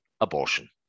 abortion